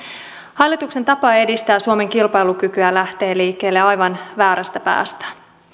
hallituksen tapa edistää suomen kilpailukykyä lähtee liikkeelle aivan väärästä päästä